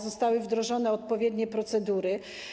Zostały wdrożone odpowiednie procedury.